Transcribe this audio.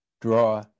draw